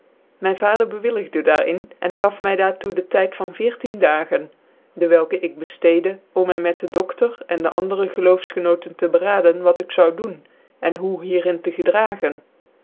mijn vader bewilligde daar in en gaf iny daar toe den tyd van veertien daen dewelke ik beftecde om my met en doétor en dc andere geloofsgenoten tc beraden wat ik zoude doen en hoe hier in tc gedragen